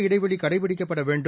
இடைவெளிகடைபிடிக்கப்படவேண்டும்